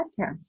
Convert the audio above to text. Podcast